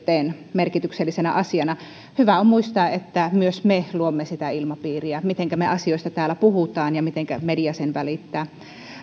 merkityksellisenä asiana hyvä on muistaa että myös me luomme sitä ilmapiiriä mitenkä me asioista täällä puhumme ja mitenkä media sen välittää